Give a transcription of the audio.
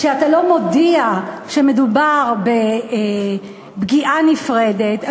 כשאתה לא מודיע שמדובר בפגיעה נפרדת,